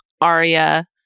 Arya